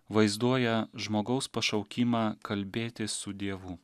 vaizduoja žmogaus pašaukimą kalbėtis su dievu